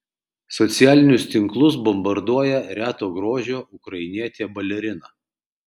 socialinius tinklus bombarduoja reto grožio ukrainietė balerina